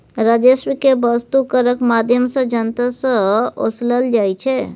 राजस्व केँ बस्तु करक माध्यमसँ जनता सँ ओसलल जाइ छै